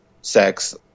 sex